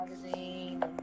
magazine